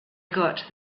got